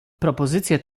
propozycję